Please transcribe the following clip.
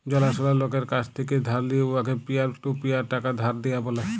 জালাশলা লকের কাছ থ্যাকে ধার লিঁয়ে উয়াকে পিয়ার টু পিয়ার টাকা ধার দিয়া ব্যলে